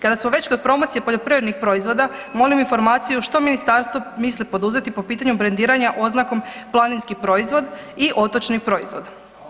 Kada smo već kod promocije poljoprivrednih proizvoda, molim informaciju što Ministarstvo misli poduzeti po pitanju brendiranja oznakom „Planinski proizvod“ i „Otočni proizvod“